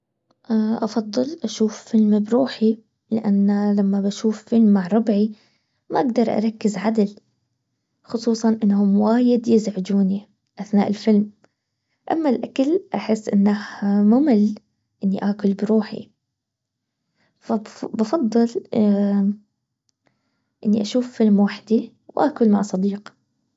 افضل اشوف فيلم بروحي لانه لما بشوف فيلم مع ربعي ما اقدر اركز عدل خصوصا انهم وايد يزعحوني اثناء الفيلم اما الاكل احس انه ممل انه اكل بروحي فبفضل اني بشوف فيلم لوحدي وباكل مع صديق